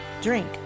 drink